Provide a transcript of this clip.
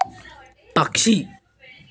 పక్షి